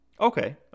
Okay